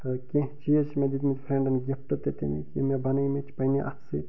تہٕ کیٚنٛہہ چیٖز چھِ مےٚ دِتۍمِتۍ فرٛینٛڈن گِفٹہٕ تہٕ تِم یِم مےٚ بنٲیِمِتۍ چھِ پَنٕنہِ اَتھٕ سۭتۍ